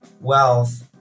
wealth